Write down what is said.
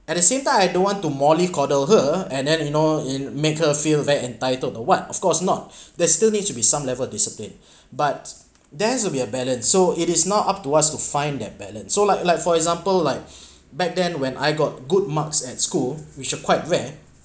at the same time I don't want to mollycoddle her and then you know and make her feel very entitled what of course not they're still needs to be some level of disipline but there should be a balance so it is not up to us to find that balance so like like for example like back then when I got good marks at school which are quite rare